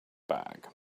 bag